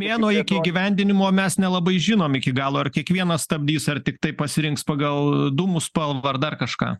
mėnuo iki įgyvendinimo mes nelabai žinom iki galo ar kiekvienas stabdys ar tiktai pasirinks pagal dūmų spalvą ar dar kažką